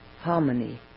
harmony